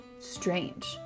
strange